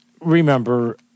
remember